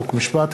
חוק ומשפט,